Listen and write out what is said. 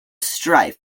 strife